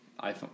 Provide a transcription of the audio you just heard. iPhone